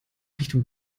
richtung